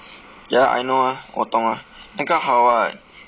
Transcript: ya I know ah 我懂 ah 那个好 [what]